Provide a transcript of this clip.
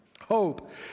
Hope